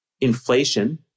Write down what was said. inflation